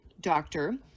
doctor